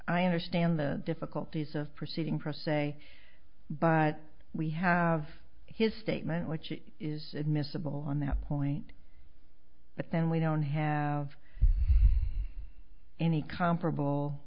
i understand the difficulties of proceeding pro se but we have his statement which is admissible on that point but then we don't have any comparable